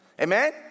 Amen